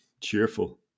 cheerful